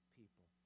people